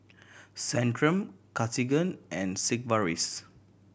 Centrum Cartigain and Sigvaris